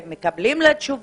האם אתם ממתינים לתשובה?